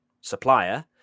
supplier